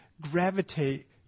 gravitate